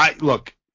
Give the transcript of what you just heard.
Look